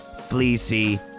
fleecy